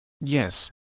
Yes